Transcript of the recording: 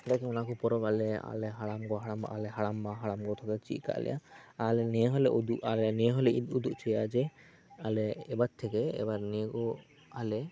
ᱟᱞᱮ ᱚᱱᱟᱠᱚ ᱯᱚᱨᱚᱵᱽ ᱟᱞᱮ ᱟᱞᱮ ᱦᱟᱲᱟᱢ ᱜᱚ ᱦᱟᱲᱟᱢ ᱵᱟ ᱦᱟᱲᱟᱢ ᱜᱚ ᱛᱟᱠᱚ ᱪᱮᱫ ᱠᱟᱜ ᱞᱮᱭᱟ ᱟᱞᱮ ᱱᱤᱭᱟᱹ ᱦᱚᱞᱮ ᱩᱫᱩᱜ ᱟᱞᱮ ᱱᱤᱭᱟᱹ ᱦᱚᱞᱮ ᱩᱫᱩᱜ ᱦᱚᱪᱚᱭᱟ ᱡᱮ ᱟᱞᱮ ᱮᱵᱟᱨ ᱛᱷᱮᱠᱮ ᱮᱵᱟᱨ ᱱᱤᱭᱟᱹ ᱠᱚ ᱟᱞᱮ